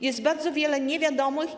Jest bardzo wiele niewiadomych.